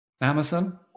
Amazon